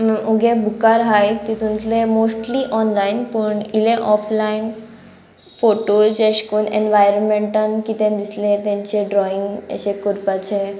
मुगे बुकार हाय तितूंतले मोस्टली ऑनलायन पूण इल्ले ऑफलायन फोटोज अेशकोन्न एनवायरमेंटान कितें दिसलें तेंचे ड्रॉइंग अशें कोरपाचें